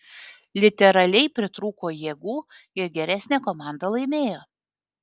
literaliai pritrūko jėgų ir geresnė komanda laimėjo